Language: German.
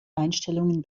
einstellungen